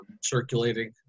circulating